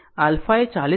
9 o હશે